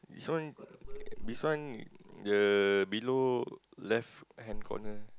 this one this one the below left hand corner